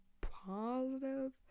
positive